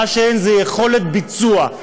מה שאין זה יכולת ביצוע,